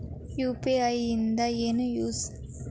UPI ದಿಂದ ಏನು use?